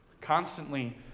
Constantly